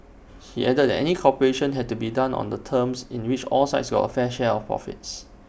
he added that any cooperation had to be down on terms in which all sides got A fair share of profits